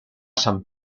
san